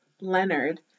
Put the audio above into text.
Leonard